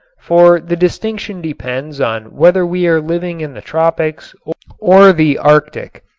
for the distinction depends on whether we are living in the tropics or the arctic.